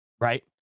Right